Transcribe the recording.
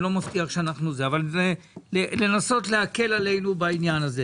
אני לא מבטיח אבל לנסות להקל עלינו בעניין הזה.